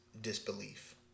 disbelief